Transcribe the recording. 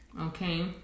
Okay